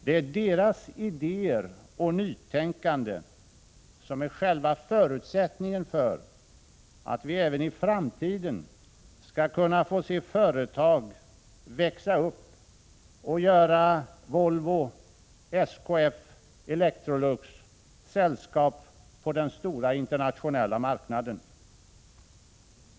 Det är deras idéer och nytänkande som är själva förutsättningen för att vi även i framtiden skall kunna få se företag växa upp och göra Volvo, SKF och Electrolux sällskap på den stora internationella marknaden.